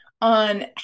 on